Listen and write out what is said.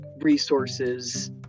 resources